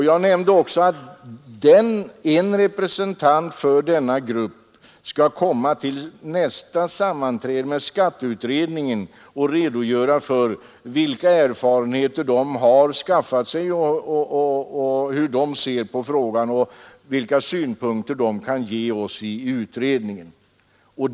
Jag nämnde också att en representant för denna grupp skall komma till nästa sammanträde med skatteutredningen och redogöra för vilka erfarenheter gruppen skaffat sig, hur man ser på frågan och vilka synpunkter man kan delge oss i utredningen.